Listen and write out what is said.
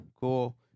cool